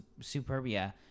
Superbia